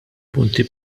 punti